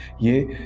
you.